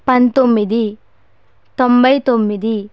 పంతొమ్మిది తొంభై తొమ్మిది